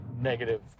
negative